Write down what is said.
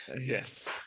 Yes